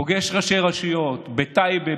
פוגש ראשי רשויות בטייבה,